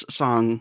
song